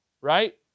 right